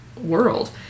world